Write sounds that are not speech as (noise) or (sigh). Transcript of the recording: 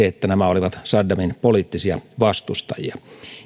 (unintelligible) että nämä olivat saddamin poliittisia vastustajia